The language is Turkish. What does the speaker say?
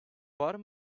var